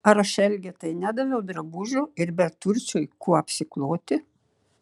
ar aš elgetai nedaviau drabužio ir beturčiui kuo apsikloti